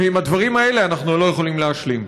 ועם הדברים האלה אנחנו לא יכולים להשלים.